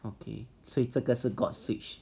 okay 所以这个是 got switch